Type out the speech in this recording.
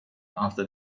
after